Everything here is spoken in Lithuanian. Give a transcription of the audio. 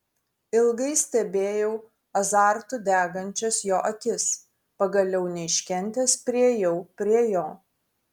ilgai stebėjau azartu degančias jo akis pagaliau neiškentęs priėjau prie jo